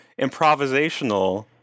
improvisational